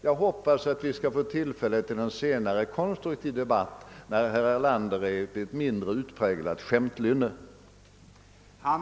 Jag hoppas att vi skall få tillfälle till en konstruktiv debatt vid att senare tillfälle när herr Erlanders skämtlynne är mindre utpräglat.